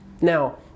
Now